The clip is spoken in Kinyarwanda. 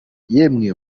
yemwe